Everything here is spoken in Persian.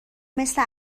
مثل